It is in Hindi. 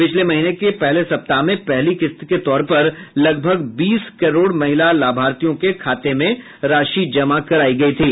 पिछले महीने के पहले सप्ताह में पहली किस्त के तौर पर लगभग बीस करोड़ महिला लाभार्थियों के खाते में राशि जमा कराई गई थी